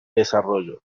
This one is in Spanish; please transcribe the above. desarrollo